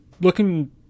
looking